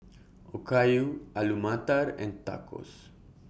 Okayu Alu Matar and Tacos